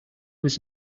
was